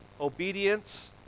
obedience